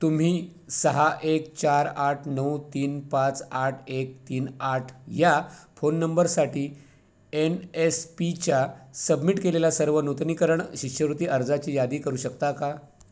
तुम्ही सहा एक चार आठ नऊ तीन पाच आठ एक तीन आठ या फोन नंबरसाठी एन एस पीच्या सबमिट केलेल्या सर्व नूतनीकरण शिष्यवृत्ती अर्जाची यादी करू शकता का